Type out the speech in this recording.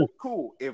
cool